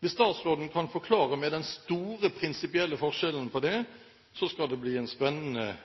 Hvis statsråden kan forklare meg den store prinsipielle forskjellen på det, skal det bli en spennende